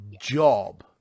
job